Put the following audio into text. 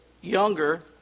younger